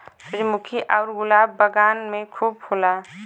सूरजमुखी आउर गुलाब बगान में खूब होला